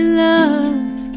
love